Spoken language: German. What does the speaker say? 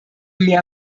mehr